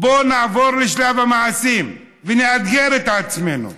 בואו נעבור לשלב המעשים ונאתגר את עצמנו.